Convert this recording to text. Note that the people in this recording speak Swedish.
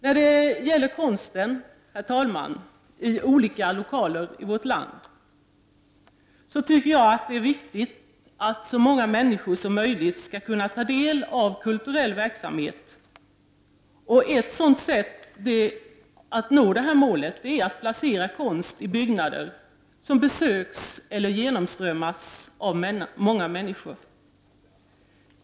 När det gäller konsten i olika lokaler i vårt land tycker jag att det är viktigt att så många människor som möjligt kan ta del av kulturell verksamhet. Ett sätt att nå detta mål är att placera konst i byggnader som besöks eller genomströmmas av många människor.